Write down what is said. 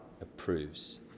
approves